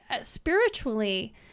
spiritually